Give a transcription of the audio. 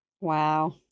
Wow